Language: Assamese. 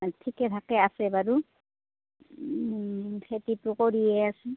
ঠিকে ঠাকে আছে বাৰু খেতিটো কৰিয়েই আছোঁ